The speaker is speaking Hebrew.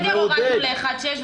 אחרי סגר ירדנו ל-1.6%,